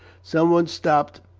some one stopped